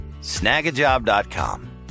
Snagajob.com